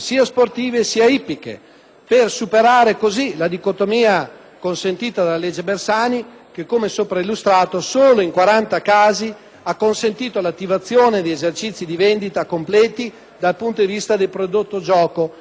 per superare così la dicotomia consentita dalla cosiddetta legge Bersani, che - come sopra illustrato - solo in 40 casi ha consentito l'attivazione di esercizi di vendita "completi" dal punto di vista del prodotto di gioco costituito da scommesse;